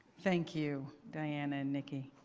thank you diane and niki.